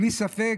בלי ספק,